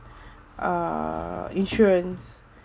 err insurance